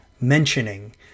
mentioning